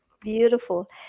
Beautiful